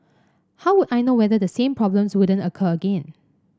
how would I know whether the same problems wouldn't occur again